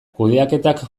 kudeaketak